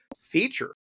feature